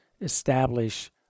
establish